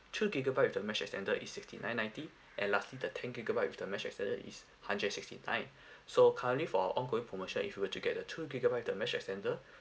two gigabyte with the mesh extender is sixty nine ninety and lastly the ten gigabyte with the mesh extender is hundred and sixty nine so currently for ongoing promotion if you were to get the two gigabyte with the mesh extender